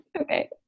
Okay